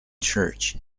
church